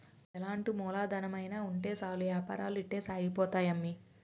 ఎలాంటి మూలధనమైన ఉంటే సాలు ఏపారాలు ఇట్టే సాగిపోతాయి అమ్మి